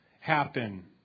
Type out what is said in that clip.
happen